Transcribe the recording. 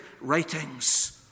writings